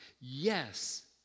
Yes